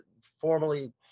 formally